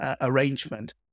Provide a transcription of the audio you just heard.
arrangement